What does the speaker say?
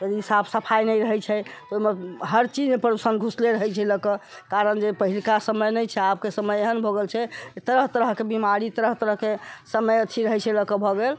साफ सफाइ नहि रहै छै ओहिमे हर चीजमे प्रदूषण घुसले रहै छै लए कऽ कारण जे पहिलुका समय नहि छै आबके समय एहन भऽ गेल छै जे तरह तरहके बिमारी तरह तरहके समय अथी रहै छै लए कऽ भऽ गेल